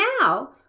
Now